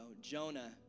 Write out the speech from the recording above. Jonah